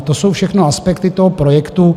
To jsou všechno aspekty toho projektu.